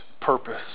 purpose